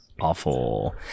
awful